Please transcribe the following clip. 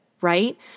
right